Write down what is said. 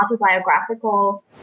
autobiographical